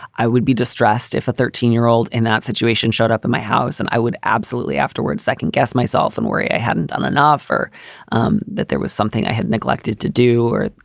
i would be distressed if a thirteen year old in that situation showed up at my house and i would absolutely afterwards second guess myself and worry i hadn't done enough, or um that there was something i had neglected to do. or,